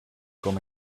kom